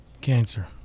Cancer